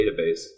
database